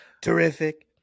terrific